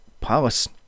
palace